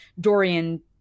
Dorian